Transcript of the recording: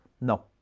no